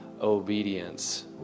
obedience